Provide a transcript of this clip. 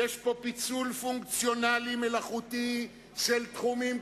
יש פה פיצול פונקציונלי מלאכותי של תחומים קשורים.